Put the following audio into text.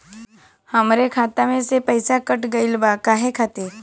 हमरे खाता में से पैसाकट गइल बा काहे खातिर?